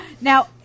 Now